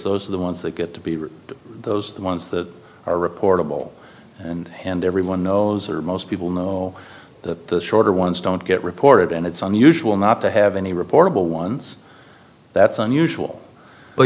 those are the ones that get to be those the ones that are reportable and and everyone knows or most people know all the shorter ones don't get reported and it's unusual not to have any reportable ones that's unusual but